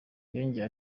yongeye